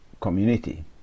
community